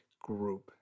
group